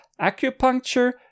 acupuncture